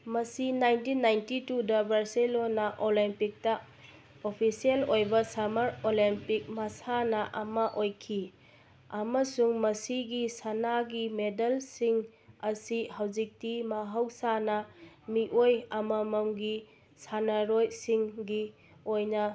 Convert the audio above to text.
ꯃꯁꯤ nineteen ninety ꯇꯨꯗ Barcelona ꯑꯣꯂꯦꯝꯄꯤꯛꯇ ꯑꯣꯐꯤꯁꯦꯜ ꯑꯣꯏꯕ ꯁꯝꯃꯔ ꯑꯣꯂꯦꯝꯄꯤꯛ ꯃꯁꯥꯟꯅ ꯑꯃ ꯑꯣꯏꯈꯤ ꯑꯃꯁꯨꯡ ꯃꯁꯤꯒꯤ ꯁꯅꯥꯒꯤ ꯃꯦꯗꯜꯁꯤꯡ ꯑꯁꯤ ꯍꯧꯖꯤꯛꯇꯤ ꯃꯍꯧꯁꯥꯅ ꯃꯤꯑꯣꯏ ꯑꯃꯃꯝꯒꯤ ꯁꯥꯟꯅꯔꯣꯏꯁꯤꯡꯒꯤ ꯑꯣꯏꯅ